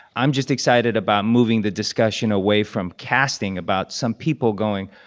i'm just excited about moving the discussion away from casting about some people going,